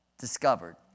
discovered